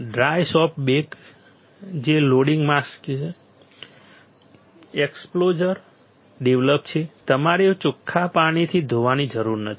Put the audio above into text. dry soft bake જે loading mask છે exposure develop છે તમારે ચોખ્ખા પાણીથી ધોવાની જરૂર નથી